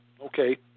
Okay